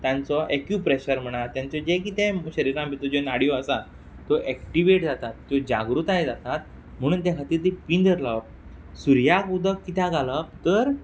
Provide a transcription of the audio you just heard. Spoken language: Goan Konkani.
तांचो एक्युप्रॅशर म्हण आहा तेंचें जें किदें शरिरा भितर ज्यो नाडयो आसा त्यो एक्टिवेट जातात त्यो जागृताय जातात म्हुणून ते खातीर ती पिंदर लावप सुर्याक उदक किद्या घालप तर